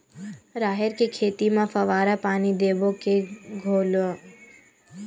राहेर के खेती म फवारा पानी देबो के घोला?